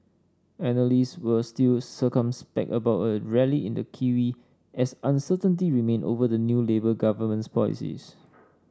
analysts were still circumspect about a rally in the kiwi as uncertainty remained over the new Labour government's policies